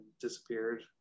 disappeared